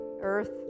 earth